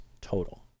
total